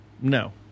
No